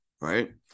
right